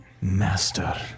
Master